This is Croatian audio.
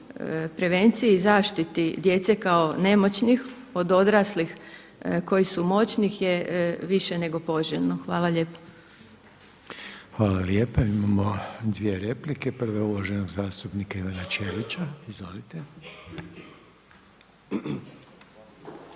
prevenciji i zaštiti djece kao nemoćnih od odraslih koji su moćni je više nego poželjno. **Reiner, Željko (HDZ)** Hvala lijepa Imamo dvije replike. Prva je uvaženog zastupnika Ivana Ćelića.